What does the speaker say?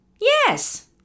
Yes